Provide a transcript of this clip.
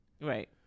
Right